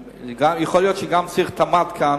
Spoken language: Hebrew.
יכול להיות שצריך להיות גם התמ"ת כאן,